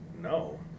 no